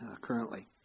currently